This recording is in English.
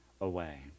away